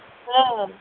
ହଁ ହଁ